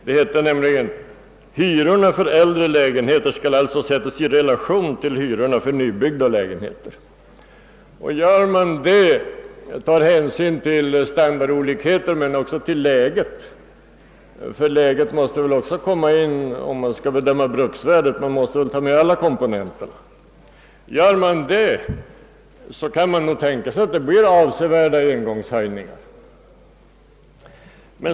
Det står nämligen följande: »Hyrorna för äldre lägenheter skall alltså sättas i relation till hyrorna för nybyggda lägenheter.» Tar man hänsyn till standardolikheter liksom också till läget — ty detta måste väl också komma med i bilden vid beräkning av bruksvärdet, eftersom alla faktorer måste beaktas — kan man nog befara avsevärda engångshöjningar.